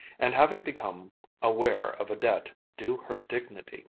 and having become aware of a debt due her dignity,